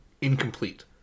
incomplete